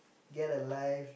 get a life